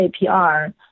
APR